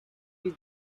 you